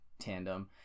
tandem